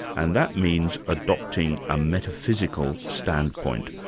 and that means adopting a metaphysical standpoint.